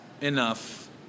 enough